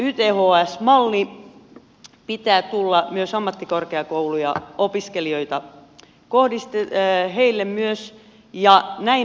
tämän yths mallin pitää tulla myös ammattikorkeakouluopiskelijoille ja näin ollen kysynkin ministeriltä